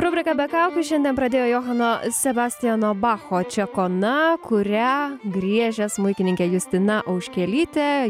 rubriką be kaukių šiandien pradėjo johano sebastiano bacho čekona kurią griežė smuikininkė justina auškelytė